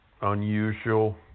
unusual